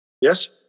Yes